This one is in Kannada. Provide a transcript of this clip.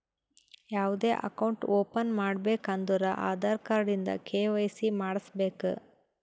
ಯಾವ್ದೇ ಅಕೌಂಟ್ ಓಪನ್ ಮಾಡ್ಬೇಕ ಅಂದುರ್ ಆಧಾರ್ ಕಾರ್ಡ್ ಇಂದ ಕೆ.ವೈ.ಸಿ ಮಾಡ್ಸಬೇಕ್